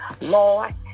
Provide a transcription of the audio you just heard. Lord